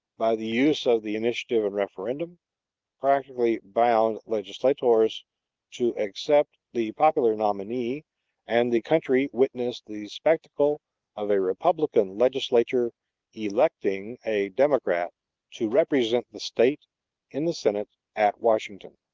by the use of the initiative and referendum practically bound legislators to accept the popular nominee and the country witnessed the spectacle of a republican legislature electing a democrat to represent the state in the senate at washington.